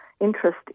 interest